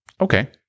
Okay